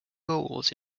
goals